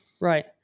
Right